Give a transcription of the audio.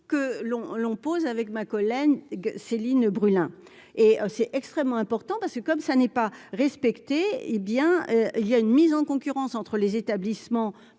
l'on l'on pose avec ma collègue, Céline Brulin, et c'est extrêmement important parce que, comme ça n'est pas respectée, hé bien il y a une mise en concurrence entre les établissements,